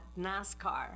NASCAR